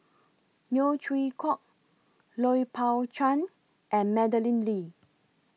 Neo Chwee Kok Lui Pao Chuen and Madeleine Lee